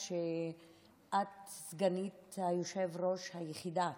שאת סגנית היושב-ראש היחידה כאישה.